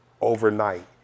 Overnight